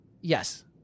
Yes